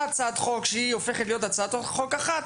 הצעת חוק שהיא הופכת להיות הצעת חוק אחת,